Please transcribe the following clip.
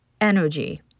energy